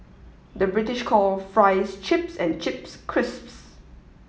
the British call fries chips and chips crisps